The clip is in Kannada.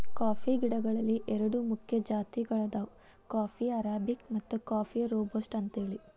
ಕಾಫಿ ಗಿಡಗಳಲ್ಲಿ ಎರಡು ಮುಖ್ಯ ಜಾತಿಗಳದಾವ ಕಾಫೇಯ ಅರಾಬಿಕ ಮತ್ತು ಕಾಫೇಯ ರೋಬಸ್ಟ ಅಂತೇಳಿ